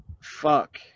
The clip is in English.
Fuck